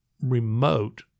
remote